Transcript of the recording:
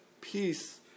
peace